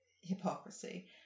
Hypocrisy